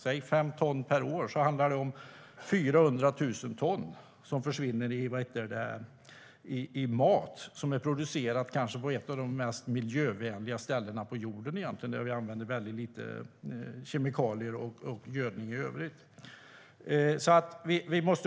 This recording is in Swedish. Säg 5 ton per år, så handlar det om att det försvinner 400 000 ton mat som är producerad på ett av de kanske mest miljövänliga ställena på jorden. Vi använder väldigt lite kemikalier och gödning i övrigt.